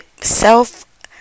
self